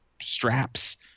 straps